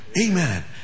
Amen